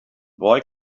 boy